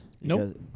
Nope